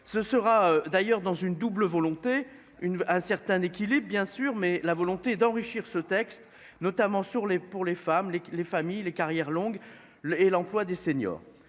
Ce sera d'ailleurs dans une double volonté, une, un certain équilibre bien sûr mais la volonté d'enrichir ce texte notamment sur les, pour les femmes les les familles les carrières longues. Et l'emploi des seniors,